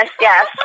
yes